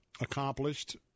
accomplished